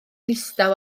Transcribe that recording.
ddistaw